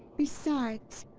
besides,